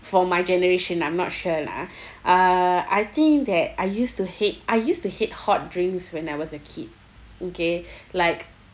for my generation I'm not sure lah ah uh I think that I used to hate I used to hate hot drinks when I was a kid okay like